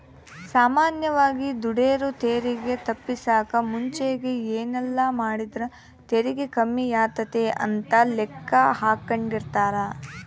ಸಾಮಾನ್ಯವಾಗಿ ದುಡೆರು ತೆರಿಗೆ ತಪ್ಪಿಸಕ ಮುಂಚೆಗೆ ಏನೆಲ್ಲಾಮಾಡಿದ್ರ ತೆರಿಗೆ ಕಮ್ಮಿಯಾತತೆ ಅಂತ ಲೆಕ್ಕಾಹಾಕೆಂಡಿರ್ತಾರ